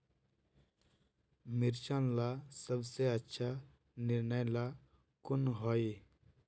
मिर्चन ला सबसे अच्छा निर्णय ला कुन होई?